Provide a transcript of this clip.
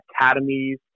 academies